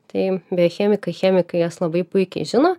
tai biochemikai chemikai jas labai puikiai žino